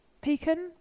Pecan